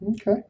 Okay